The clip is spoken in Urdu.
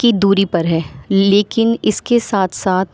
کی دوری پر ہے لیکن اس کے ساتھ ساتھ